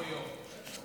לא יו"ר.